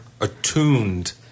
attuned